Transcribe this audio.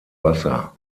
wasser